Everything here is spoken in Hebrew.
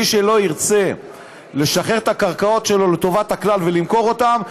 מי שלא ירצה לשחרר את הקרקעות שלו לטובת הכלל ולמכור אותן,